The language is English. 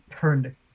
turned